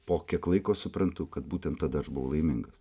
po kiek laiko suprantu kad būtent tada aš buvau laimingas